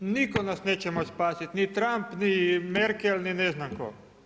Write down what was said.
Nitko nas neće pomoći spasiti, ni Trump, ni Merkel ni ne znam tko.